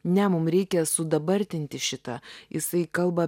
ne mum reikia sudabartinti šitą jisai kalba